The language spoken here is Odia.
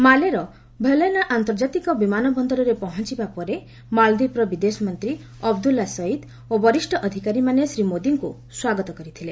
ମାଲେର ଭେଲାନା ଆନ୍ତର୍ଜାତିକ ବିମାନ ବନ୍ଦରରେ ପହଞ୍ଚିବା ପରେ ମାଳଦୀପର ବିଦେଶ ମନ୍ତ୍ରୀ ଅବଦୁଲ୍ଲା ସଇଦ୍ ଓ ବରିଷ୍ଠ ଅଧିକାରୀମାନେ ଶ୍ରୀ ମୋଦିଙ୍କୁ ସ୍ୱାଗତ କରିଥିଲେ